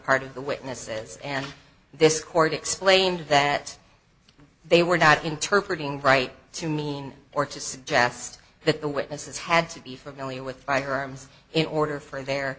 part of the witnesses and this court explained that they were not interpret ing right to mean or to suggest that the witnesses had to be familiar with firearms in order for their